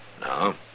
No